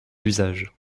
l’usage